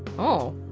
oh.